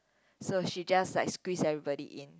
so she just like squeeze everybody in